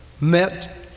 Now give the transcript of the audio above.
met